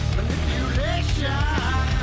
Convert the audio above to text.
Manipulation